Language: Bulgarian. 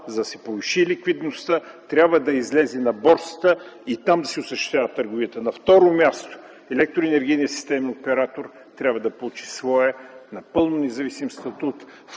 за да се повиши ликвидността, трябва да излезе на борсата и там да се осъществява търговията. На второ място, Електроенергийният системен оператор трябва да получи своя напълно независим статут,